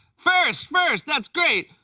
first, first, that's great.